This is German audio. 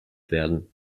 werden